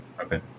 Okay